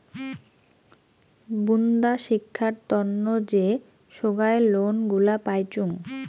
বুন্দা শিক্ষার তন্ন যে সোগায় লোন গুলা পাইচুঙ